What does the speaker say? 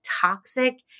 toxic